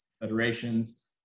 federations